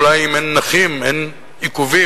אולי אם אין נכים אין עיכובים,